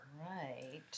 Right